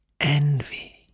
Envy